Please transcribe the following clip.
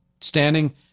Standing